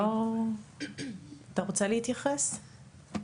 אתה רוצה להתייחס?